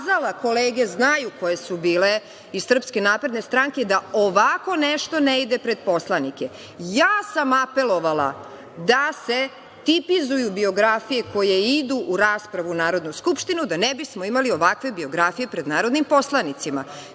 kolege znaju koje su bile iz SNS-a, da ovako nešto ne ide pred poslanike. Ja sam apelovala da se tipizuju biografije koje idu u raspravu u Narodnu skupštinu, da ne bismo imali ovakve biografije pred narodnim poslanicima. Svi